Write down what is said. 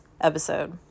episode